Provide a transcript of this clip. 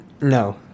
No